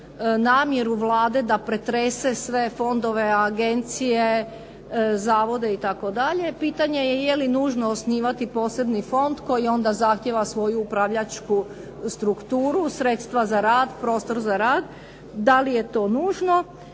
namjeru Vlade da pretrese sve fondove, agencije, zavode itd. pitanje je je li nužno osnivati posebni fond koji onda zahtijeva svoju upravljačku strukturu, sredstva za rad, prostor za rad? Da li je to nužno?